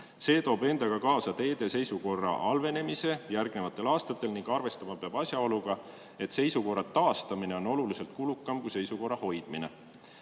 See toob endaga kaasa teede seisukorra halvenemise järgnevatel aastatel ning arvestama peab ka asjaoluga, et seisukorra taastamine on oluliselt kulukam kui seisukorra